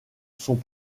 sont